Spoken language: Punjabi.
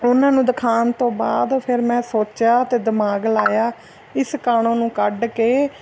ਉਹਨਾਂ ਨੂੰ ਦਿਖਾਉਣ ਤੋਂ ਬਾਅਦ ਫਿਰ ਮੈਂ ਸੋਚਿਆ ਅਤੇ ਦਿਮਾਗ ਲਗਾਇਆ ਇਸ ਕਾਣੋ ਨੂੰ ਕੱਢ ਕੇ